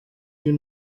you